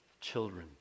children